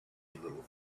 little